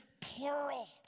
plural